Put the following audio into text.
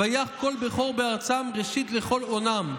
ויך כל בכור בארצם ראשית לכל אונם.